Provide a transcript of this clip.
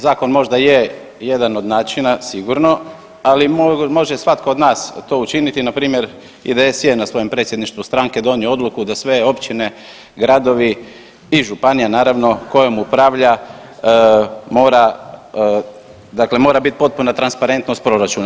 Zakon možda je jedan od načina sigurno, ali može svatko od nas to učiniti, npr. IDS je na svojim predsjedništvu stranke donio odluku da sve općine, gradovi i županije, naravno, kojom upravlja, mora, dakle mora biti potpuna transparentnost proračuna.